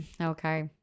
Okay